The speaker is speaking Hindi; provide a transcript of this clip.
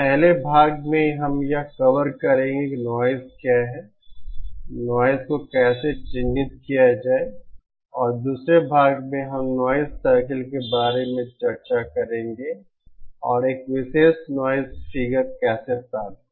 पहले भाग में हम यह कवर करेंगे कि नॉइज़ क्या है नाइज को कैसे चिह्नित किया जाए और दूसरे भाग में हम नॉइज़ सर्कल के बारे में चर्चा करेंगे और एक विशेष नॉइज़ फिगर कैसे प्राप्त करेंगे